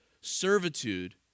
servitude